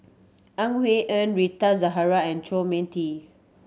Ang Wei Neng Rita Zahara and Chu Mia Tee